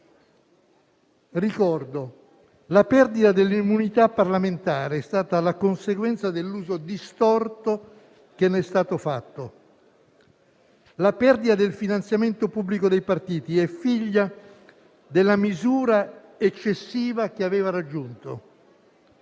Ricordo che la perdita dell'immunità parlamentare è stata la conseguenza dell'uso distorto che ne è stato fatto; che la perdita del finanziamento pubblico dei partiti è figlia della misura eccessiva che aveva raggiunto